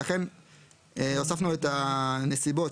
ולכן הוספנו את הנסיבות,